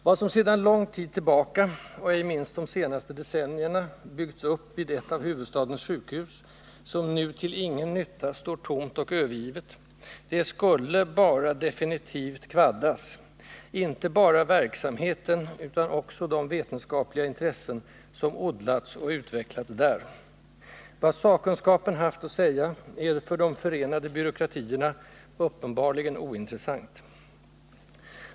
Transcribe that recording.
Vad som sedan lång tid tillbaka — och ej minst de senaste decennierna — byggts upp vid ett av huvudstadens sjukhus, som nu till ingen nytta står tomt och övergivet, skulle helt enkelt definitivt kvaddas — inte bara verksamheten utan också de vetenskapliga intressen som odlats och utvecklats där. Vad sakkunskapen haft att säga är för de förenade byråkratierna uppenbarligen ointressant.